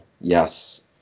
Yes